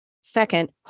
Second